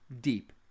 deep